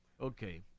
Okay